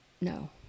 No